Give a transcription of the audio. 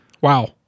wow